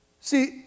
See